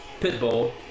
Pitbull